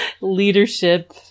Leadership